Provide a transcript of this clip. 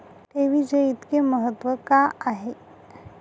ठेवीचे इतके महत्व का आहे?